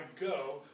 go